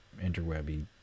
interwebby